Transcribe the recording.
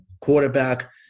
quarterback